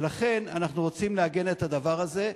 ולכן אנחנו רוצים לעגן את הדבר הזה,